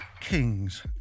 kings